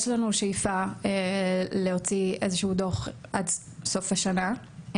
יש לנו שאיפה להוציא איזשהו דוח עד סוף השנה.